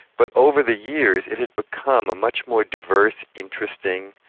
but over the years, it had become a much more diverse, interesting,